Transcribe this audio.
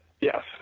Yes